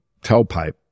tailpipe